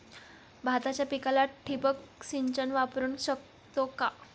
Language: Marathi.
भाताच्या पिकाला ठिबक सिंचन वापरू शकतो का?